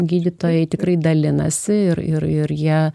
gydytojai tikrai dalinasi ir ir jie